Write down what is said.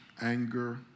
anger